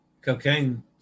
cocaine